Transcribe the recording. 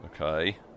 Okay